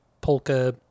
polka